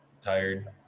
tired